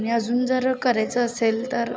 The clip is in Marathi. आणि अजून जर करायचं असेल तर